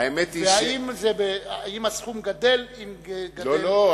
והאם הסכום גדל, אם גדל, לא.